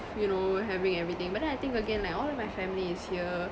you know having everything but then I think again like all my family is here